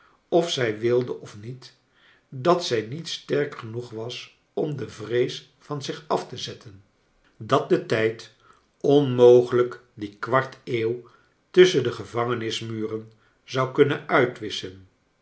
of zij wilde of niet dat zij niet sterk genoeg was om de vrees van zich af te zetten dat de tijd onmogelijk die kwarteeuw tusschen de gevangenismuren zou kunnen uitwisschen